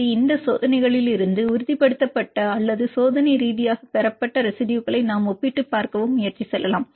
C இந்த சோதனைகளிலிருந்து உறுதிப்படுத்தப்பட்ட அல்லது சோதனை ரீதியாக பெறப்பட்ட ரெசிடுயுகளை ஒப்பிட்டுப் பார்க்கவும் முயற்சி செய்யலாம்